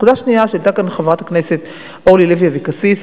נקודה שנייה שהעלתה כאן חברת הכנסת אורלי לוי אבקסיס,